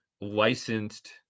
licensed